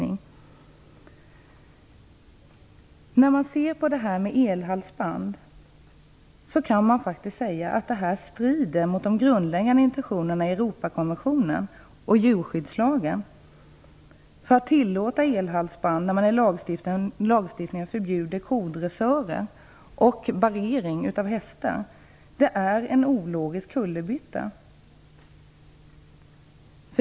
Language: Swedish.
När det gäller elhalsband kan det faktiskt sägas strida mot de grundläggande intentionerna i Europakonventionen och djurskyddslagen. Att tillåta elhalsband när man i lagstiftningen förbjuder kodressörer och barrering av hästar är en ologisk kullerbytta.